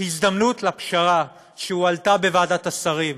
הזדמנות לפשרה שהועלתה בוועדת השרים.